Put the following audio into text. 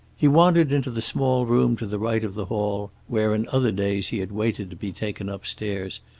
he wandered into the small room to the right of the hall, where in other days he had waited to be taken upstairs,